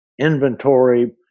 inventory